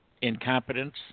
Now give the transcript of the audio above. incompetence